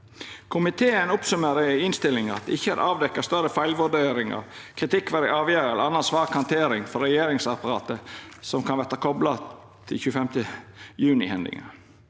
Komiteen oppsummerer i innstillinga at det ikkje er avdekt større feilvurderingar, kritikkverdige avgjerder eller anna svak handtering frå regjeringsapparatet som kan verta kopla til 25. juni-hendinga.